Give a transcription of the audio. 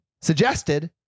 suggested